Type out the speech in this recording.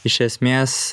iš esmės